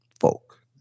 folk